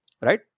Right